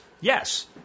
yes